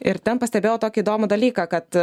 ir ten pastebėjau tokį įdomų dalyką kad